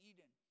Eden